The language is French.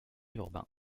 urbain